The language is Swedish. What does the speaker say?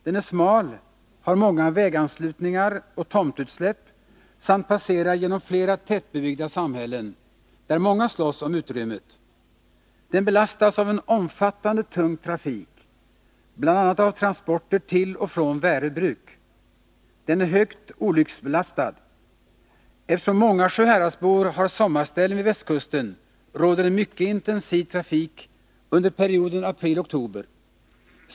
Den är smal, har många väganslutningar och tomtutsläpp samt passerar genom flera tätbebyggda områden, där många slåss om utrymmet. Den belastas av en omfattande tung trafik, bl.a. av transporter till och från Värö bruk. Den är högt olycksbelastad. Eftersom många sjuhäradsbor har sommarställen vid västkusten råder en mycket intensiv trafik under perioden april-oktober.